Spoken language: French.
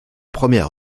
première